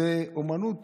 אומנות